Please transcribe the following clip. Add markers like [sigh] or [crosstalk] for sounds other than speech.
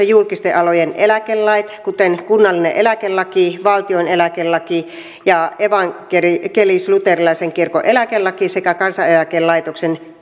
[unintelligible] julkisten alojen eläkelait kuten kunnallinen eläkelaki valtion eläkelaki ja evankelisluterilaisen kirkon eläkelaki sekä kansaneläkelaitoksen [unintelligible]